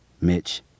Mitch